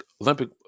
Olympic